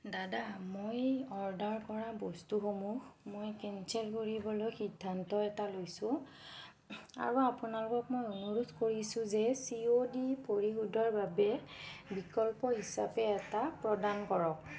দাদা মই অৰ্ডাৰ কৰা বস্তুসমূহ মই কেনচেল কৰিবলৈ সিদ্ধান্ত এটা লৈছোঁ আৰু আপোনালোকক মই অনুৰোধ কৰিছোঁ যে চি অ' ডি পৰিশোধৰ বাবে বিকল্প হিচাপে এটা প্ৰদান কৰক